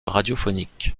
radiophonique